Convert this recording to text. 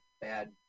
bad